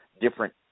different